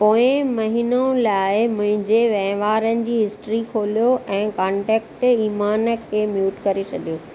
पोएं महीनो लाइ मुंहिंजे वहिंवारनि जी हिस्ट्री खोलियो ऐं कॉन्टेक्ट ईमान खे म्यूट करे छॾियो